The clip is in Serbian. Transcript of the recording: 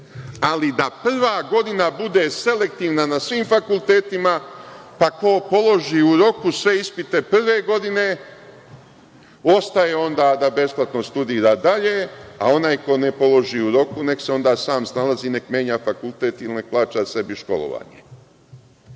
ali da prva godina bude selektivna na svim fakultetima, pa ko položi u roku sve ispite prve godine, ostaje onda da besplatno studira dalje, a onaj ko ne položi u roku, nek se onda sam snalazi, neka menja fakultet i neka plaća sebi školovanje.